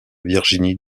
virginie